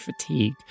fatigue